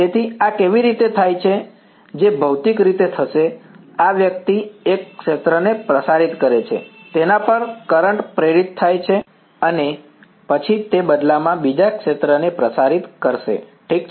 તેથી આ કેવી રીતે થાય છે જે ભૌતિક રીતે થશે આ વ્યક્તિ એક ક્ષેત્રને પ્રસારિત કરે છે તેના પર કરંટ પ્રેરિત થાય છે અને પછી તે બદલામાં બીજા ક્ષેત્રને પ્રસારિત કરશે ઠીક છે